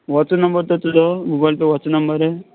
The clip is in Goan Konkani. होच नंबर तर तुजो गुगल पे होच नंबर